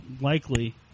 Likely